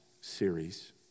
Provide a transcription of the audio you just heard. series